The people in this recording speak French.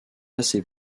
assez